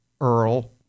Earl